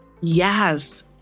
Yes